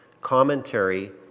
commentary